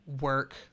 work